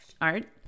art